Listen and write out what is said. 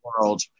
world